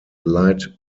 light